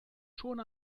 schon